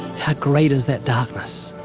how great is that darkness?